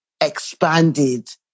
expanded